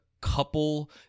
couple